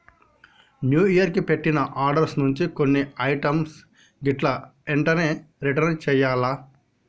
new year కి పెట్టిన orders నుంచి కొన్ని ఐటమ్స్ గిట్లా ఎంటనే రిటర్న్ చెయ్యాల్ల